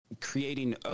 creating